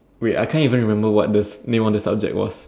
wait I can't even remember what the name of the subject was